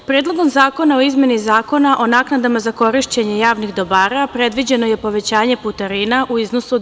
Predlogom zakona o izmeni Zakona o naknadama za korišćenje javnih dobara predviđeno je povećanje putarina u iznosu od 12%